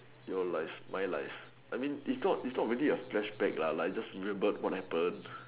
your life my life I mean it's not it's not really a flashback lah like just revert what happened